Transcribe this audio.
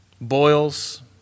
boils